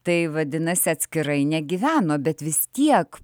tai vadinas atskirai negyveno bet vis tiek